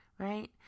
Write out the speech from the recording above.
Right